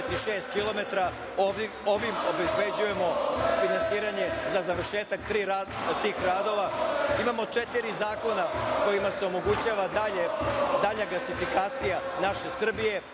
Ovim obezbeđujemo finansiranje za završetak tih radova. Imamo četiri zakona kojima se omogućava dalja gasifikacija naše Srbije,